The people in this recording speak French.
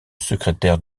secrétaire